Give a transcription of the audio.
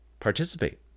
Participate